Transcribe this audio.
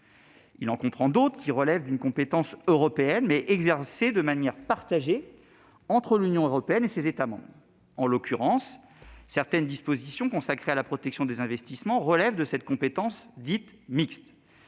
Il en comprend d'autres qui relèvent d'une compétence européenne, mais exercée de manière partagée entre l'Union et ses États membres. Certaines dispositions consacrées à la protection des investissements relèvent de cette compétence dite mixte.